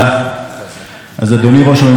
אז אדוני ראש הממשלה, אתה קצת מנותק